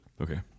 Okay